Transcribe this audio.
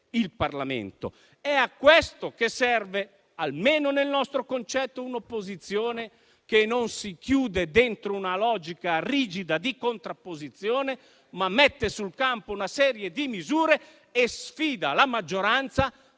il Parlamento ed è a questo che serve, almeno nel nostro concetto, un'opposizione che non si chiude dentro una logica rigida di contrapposizione, ma mette sul campo una serie di misure e sfida la maggioranza